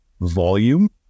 volume